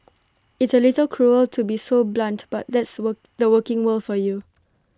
it's A little cruel to be so blunt but that's the were the working world for you